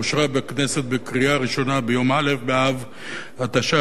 אושרה בכנסת בקריאה ראשונה ביום א' באב התש"ע,